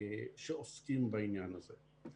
שעוסקים בעניין הזה.